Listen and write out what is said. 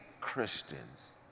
Christians